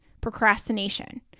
Procrastination